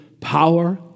power